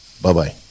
Bye-bye